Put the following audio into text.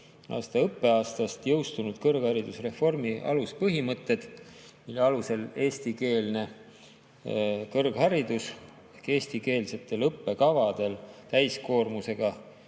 õppeaastal jõustusid kõrgharidusreformi aluspõhimõtted, mille alusel eestikeelne kõrgharidus ehk eestikeelsetel õppekavadel täiskoormusega